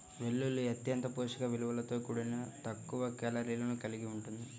వెల్లుల్లి అత్యంత పోషక విలువలతో కూడి తక్కువ కేలరీలను కలిగి ఉంటుంది